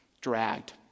dragged